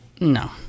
No